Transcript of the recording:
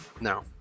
no